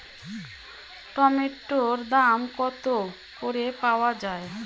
টমেটোর দাম কত করে পাওয়া যায়?